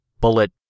bullet